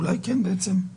היינו צריכים כבר